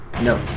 No